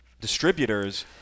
distributors